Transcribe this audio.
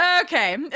Okay